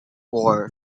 war